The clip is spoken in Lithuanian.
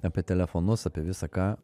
apie telefonus apie visa ką